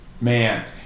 man